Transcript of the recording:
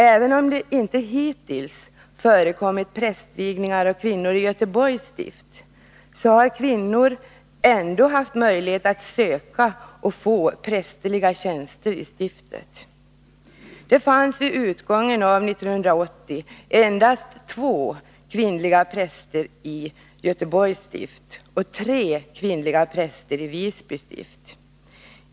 Även om det inte hittills förekommit prästvigningar av kvinnor i Göteborgs stift, har kvinnor ändå haft möjlighet att söka och få prästerliga tjänster i stiftet. Det fanns vid utgången av 1980 endast två kvinnliga präster i Göteborgs stift och tre kvinnliga präster i Visby stift.